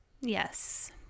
yes